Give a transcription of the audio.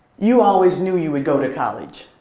you always knew you would go to college.